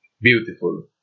beautiful